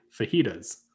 fajitas